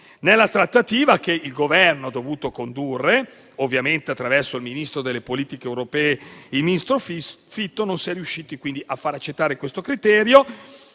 Nella trattativa che il Governo ha dovuto condurre, ovviamente attraverso il ministro per le politiche europee Fitto, non si è riusciti, quindi, a far accettare questo criterio.